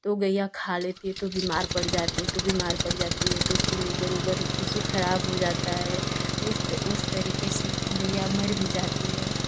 तो गईया खा लेती है तो बीमार पड़ जाती है तो बीमार पड़ जाती है तो उसका लीवर उवर ख़राब हो जाता है उस तरीके से भी या मर भी जाती है